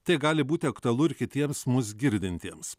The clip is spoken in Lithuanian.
tai gali būti aktualu ir kitiems mus girdintiems